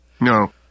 No